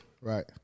Right